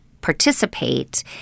participate